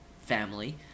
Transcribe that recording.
family